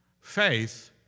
Faith